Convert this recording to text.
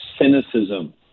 cynicism